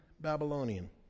Babylonian